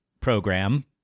program